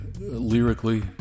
lyrically